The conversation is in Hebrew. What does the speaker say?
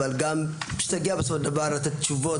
אבל גם שנגיע בסופו של דבר לתת תשובות